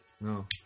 No